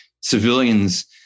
Civilians